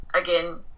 again